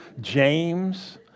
James